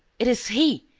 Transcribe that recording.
it is he!